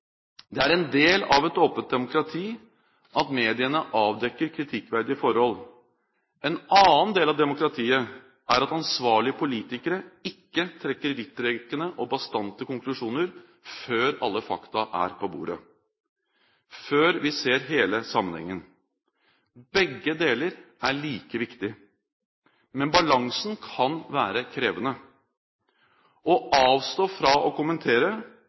Det er en del av et åpent demokrati at mediene avdekker kritikkverdige forhold. En annen del av demokratiet er at ansvarlige politikere ikke trekker vidtrekkende og bastante konklusjoner før alle fakta er på bordet, før vi ser hele sammenhengen. Begge deler er like viktig. Men balansen kan være krevende. Å avstå fra å kommentere